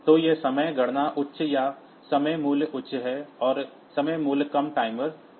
तो यह समय गणना उच्च या समय मूल्य उच्च है और समय मूल्य कम टाइमर शुरू करते हैं